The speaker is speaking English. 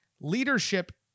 Leadership